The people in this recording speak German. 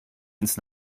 ins